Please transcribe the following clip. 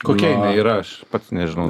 kokia jinai yra aš pats nežinau